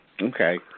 Okay